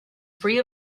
free